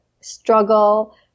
struggle